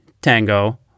tango